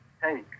Hey